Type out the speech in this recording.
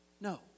No